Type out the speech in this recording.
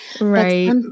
right